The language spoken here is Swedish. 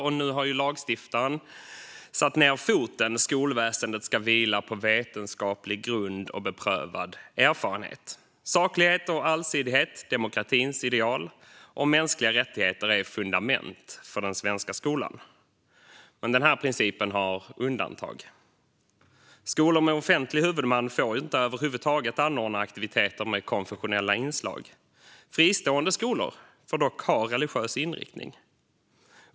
Och nu har lagstiftaren satt ned foten: Skolväsendet ska vila på vetenskaplig grund och beprövad erfarenhet. Saklighet och allsidighet, demokratins ideal och mänskliga rättigheter är fundament för den svenska skolan. Men denna princip har undantag. Skolor med offentlig huvudman får över huvud taget inte anordna aktiviteter med konfessionella inslag. Fristående skolor får dock ha religiös inriktning.